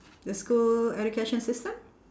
the school education system